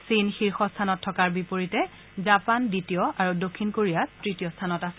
চীন শীৰ্ষ স্থানত থকাৰ বিপৰীতে জাপানে দ্বিতীয় আৰু দক্ষিণ কোৰিয়াই তৃতীয় স্থানত আছে